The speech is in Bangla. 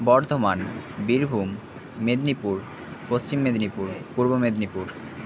বর্ধমান বীরভূম মেদিনীপুর পশ্চিম মেদিনীপুর পূর্ব মেদিনীপুর